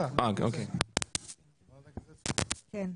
תודה רבה,